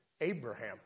Abraham